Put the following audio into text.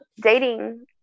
dating